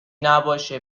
نباشه